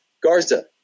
Garza